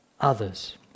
others